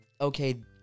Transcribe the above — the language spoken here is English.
Okay